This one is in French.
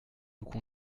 vous